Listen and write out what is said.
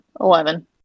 Eleven